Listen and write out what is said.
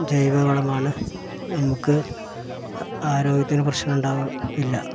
ജൈവ വളമാണ് നമുക്ക് ആരോഗ്യത്തിന് പ്രശ്നം ഉണ്ടാവുകയും ഇല്ല